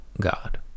God